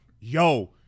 Yo